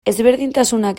ezberdintasunak